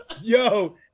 Yo